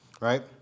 right